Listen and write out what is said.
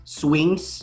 swings